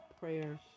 prayer